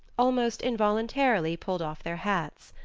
almost involuntarily pulled off their hats.